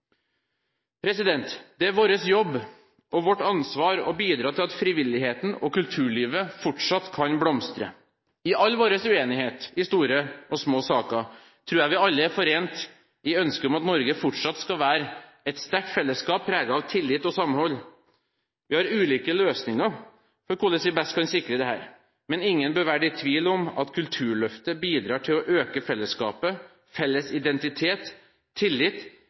Det er vår jobb og vårt ansvar å bidra til at frivilligheten og kulturlivet fortsatt kan blomstre. I all vår uenighet i store og små saker tror jeg vi alle er forent i ønsket om at Norge fortsatt skal være et sterkt fellesskap, preget av tillit og samhold. Vi har ulike løsninger for hvordan vi best kan sikre dette, men ingen bør være i tvil om at Kulturløftet bidrar til å øke fellesskapet, felles identitet, tillit,